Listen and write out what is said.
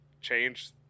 change